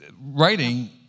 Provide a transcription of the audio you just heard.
writing